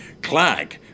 clag